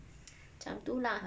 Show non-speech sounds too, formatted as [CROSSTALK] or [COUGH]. [NOISE] macam tu lah